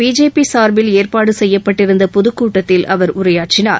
BJP சார்பில் ஏற்பாடு செய்யப்பட்டிருந்த பொதுக்கூட்டத்தில் அவர் உரையாற்றினார்